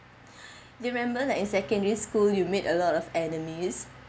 you remember that in secondary school you made a lot of enemies